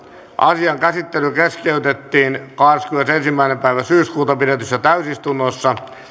asian käsittely keskeytettiin kahdeskymmenesensimmäinen yhdeksättä kaksituhattakuusitoista pidetyssä täysistunnossa